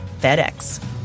FedEx